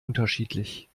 unterschiedlich